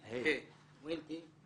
מיאל: